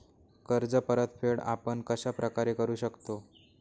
कर्ज परतफेड आपण कश्या प्रकारे करु शकतो?